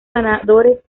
ganadores